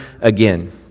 again